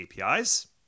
APIs